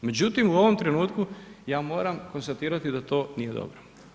Međutim, u ovom trenutku ja moram konstatirati da to nije dobro.